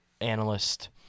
analyst